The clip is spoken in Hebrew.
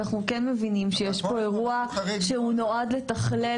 אנחנו מבינים שיש פה אירוע שנועד לתכלל